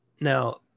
now